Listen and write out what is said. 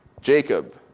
Jacob